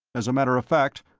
as a matter of fact,